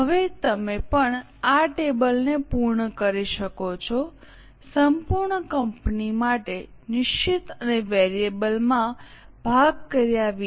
હવે તમે પણ આ ટેબલ ને પૂર્ણ કરી શકો છો સંપૂર્ણ કંપની માટે નિશ્ચિત અને વેરિયેબલ માં ભાગ કર્યા વિના